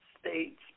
states